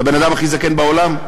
איל, לבן-אדם הכי זקן בעולם?